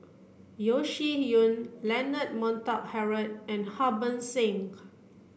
Yeo Shih Yun Leonard Montague Harrod and Harbans Singh